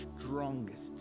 strongest